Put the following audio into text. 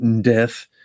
death